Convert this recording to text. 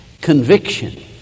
conviction